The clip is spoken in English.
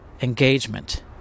engagement